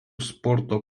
sporto